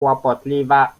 kłopotliwa